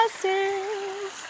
blessings